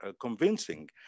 convincing